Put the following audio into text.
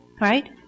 Right